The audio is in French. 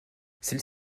celui